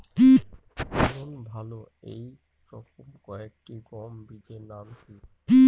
ফলন ভালো এই রকম কয়েকটি গম বীজের নাম কি?